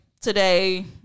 today